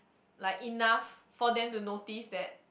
like enough for them to notice that